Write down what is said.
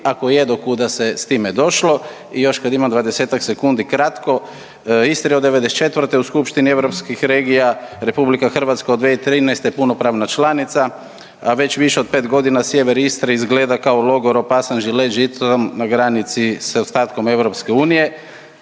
ako je do kuda se s time došlo? I još kad imam 20-tak sekundi kratko, Istra je od '94. u skupštini europskih regija, RH od 2013. punopravna članica, a već više od 5.g. sjever Istre izgleda kao logor opasan žilet žicom na granici sa ostatkom EU, prostor